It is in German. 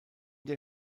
der